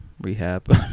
Rehab